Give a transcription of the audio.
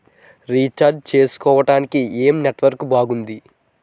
Recharge చేసుకోవటానికి ఏం network బాగుంది?